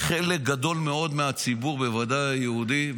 חלק גדול מאוד מהציבור בוודאי היהודי,